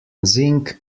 zinc